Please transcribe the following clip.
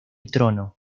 trono